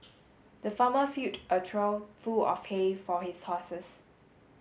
the farmer filled a trough full of hay for his horses